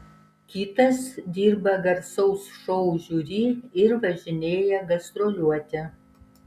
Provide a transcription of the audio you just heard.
kitas dirba garsaus šou žiuri ir važinėja gastroliuoti